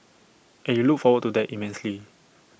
and you look forward to that immensely